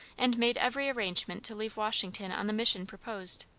and made every arrangement to leave washington on the mission proposed.